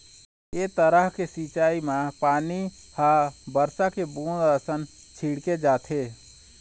ए तरह के सिंचई म पानी ह बरसा के बूंद असन छिड़के जाथे